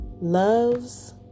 loves